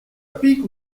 pique